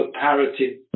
parity